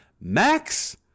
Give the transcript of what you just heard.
Max